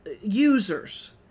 users